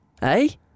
hey